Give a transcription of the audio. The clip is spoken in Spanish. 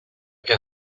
que